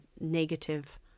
negative